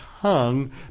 tongue